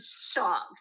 shocked